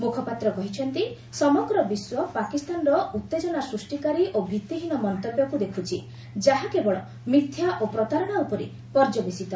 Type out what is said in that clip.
ମୁଖପାତ୍ର କହିଛନ୍ତି ସମଗ୍ର ବିଶ୍ୱ ପାକିସ୍ତାନର ଉତ୍ତେଜନା ସ୍ପଷ୍ଟିକାରୀ ଓ ଭିତ୍ତିହୀନ ମନ୍ତବ୍ୟକୁ ଦେଖୁଛି ଯାହା କେବଳ ମିଥ୍ୟା ଓ ପ୍ରତାରଣା ଉପରେ ପର୍ଯ୍ୟବେଶିତ